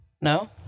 No